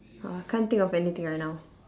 !wah! I can't think of anything right now